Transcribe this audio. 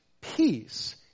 peace